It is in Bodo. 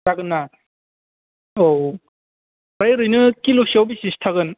जागोन ना औ ओमफ्राय ओरैनो किल'सेआव बेसेसो थागोन